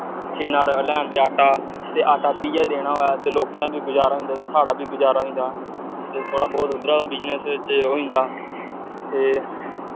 मशीना'र लेआंदे आटा ते आटा प्हीयै देना होऐ ते लोकें दा बी गज़ारा होई जंदा साढ़ा बी गजारा होई जंदा ते थोह्ड़ा बौह्त उद्धरा दा बिजनस होई जंदा ते